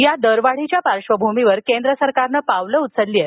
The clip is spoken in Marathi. या दरवाढीच्या पार्श्वभूमीवर केंद्र सरकारनं पावलं उचलली आहेत